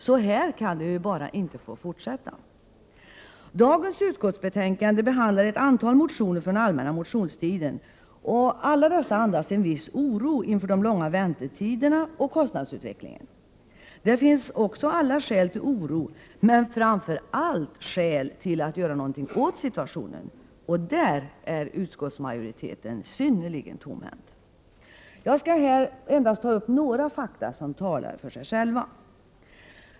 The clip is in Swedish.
Så här kan det ju inte få fortsätta! Dagens utskottsbetänkande behandlar ett antal motioner från allmänna motionstiden, som alla andas viss oro inför de långa väntetiderna och kostnadsutvecklingen. Det finns också alla skäl till oro men framför allt skäl till att göra något åt situationen, och där är utskottsmajoriteten synnerligen tomhänt. Jag skall här endast ta upp några fakta som talar för sig själva.